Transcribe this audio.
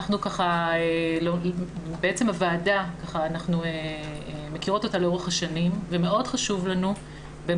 אנחנו מכירות את הוועדה לאורך השנים וחשוב לנו מאוד